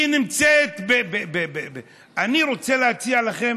אני רוצה להציע לכם: